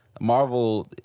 Marvel